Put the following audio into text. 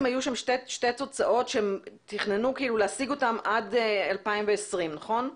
היו שם שתי תוצאות שתכננו להשיג אותן עד 2020. נכון?